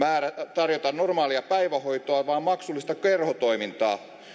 tarjota normaalia päivähoitoa vaan maksullista kerhotoimintaa